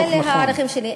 אלה הערכים שלי.